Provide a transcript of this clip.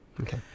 okay